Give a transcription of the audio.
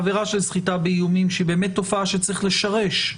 עבירה של סחיטה באיומים היא באמת תופעה שצריך לשרש.